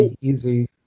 Easy